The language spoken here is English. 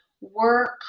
work